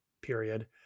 period